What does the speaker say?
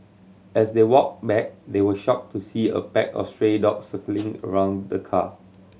as they walked back they were shocked to see a pack of stray dogs circling around the car